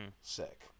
sick